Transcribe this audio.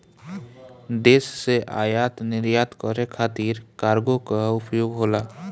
देश से आयात निर्यात करे खातिर कार्गो कअ उपयोग होला